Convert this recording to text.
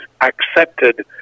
accepted